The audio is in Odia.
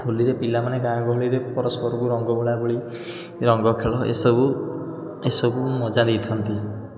ହୋଲିରେ ପିଲାମାନେ ଗାଁଗହଳିରେ ପରସ୍ପରକୁ ରଙ୍ଗ ବୋଳାବୋଳି ରଙ୍ଗଖେଳ ଏସବୁ ଏସବୁ ମଜା ନେଇଥାନ୍ତି